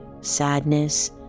sadness